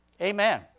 Amen